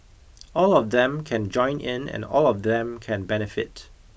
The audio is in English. all of them can join in and all of them can benefit